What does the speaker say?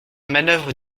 manœuvre